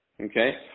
okay